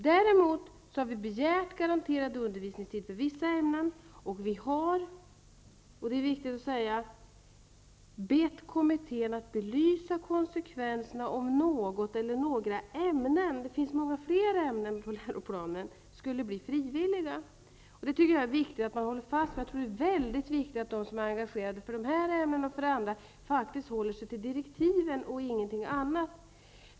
Däremot har vi begärt garanterad undervisningstid för vissa ämnen, och vi har -- det är viktigt att säga -- bett kommittén att belysa konsekvenserna om något eller några ämnen skulle bli frivilliga. Det är viktigt att man håller fast vid det, därför att det är mycket angeläget att de som är engagerade i dessa ämnen och andra håller sig till direktiven och ingenting annat.